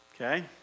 Okay